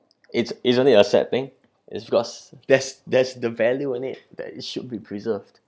it's isn't it a sad thing it's because there's there's the value in it that it should be preserved